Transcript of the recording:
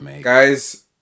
guys